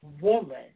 woman